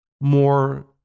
more